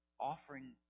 Offering